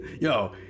Yo